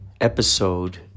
episode